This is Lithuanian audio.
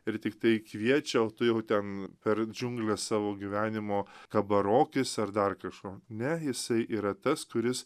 ir tiktai kviečia o tu jau ten per džiungles savo gyvenimo kabarokis ar dar kašo ne jisai yra tas kuris